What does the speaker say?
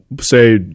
say